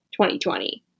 2020